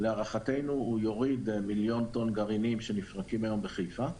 להערכתנו זה יוריד מיליון טון גרעינים שנפרקים היום בחיפה,